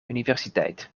universiteit